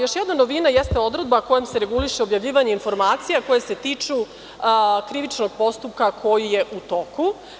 Još jedna novina jeste odredba kojom se reguliše objavljivanje informacija koje se tiču krivičnog postupka koji je u toku.